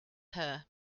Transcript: her